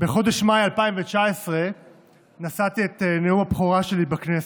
בחודש מאי 2019 נשאתי את נאום הבכורה שלי בכנסת.